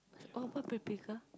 orh what pretty girl